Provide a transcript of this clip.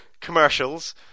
Commercials